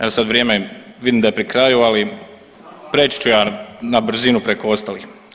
Evo sad vrijeme, vidim da je pri kraju, ali preći ću ja na brzinu preko ostalih.